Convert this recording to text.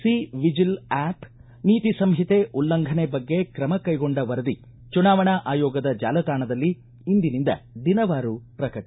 C vigil app ನೀತಿ ಸಂಹಿತೆ ಉಲ್ಲಂಘನೆ ಬಗ್ಗೆ ತ್ರಮ ಕೈಗೊಂಡ ವರದಿ ಚುನಾವಣಾ ಆಯೋಗದ ಜಾಲತಾಣದಲ್ಲಿ ಇಂದಿನಿಂದ ದಿನವಾರು ಪ್ರಕಟ